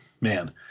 Man